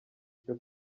cyo